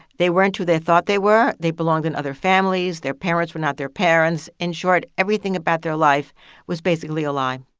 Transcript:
they weren't who they thought they were. they belonged in other families. their parents were not their parents. in short, everything about their life was basically a lie